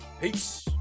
Peace